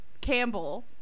Campbell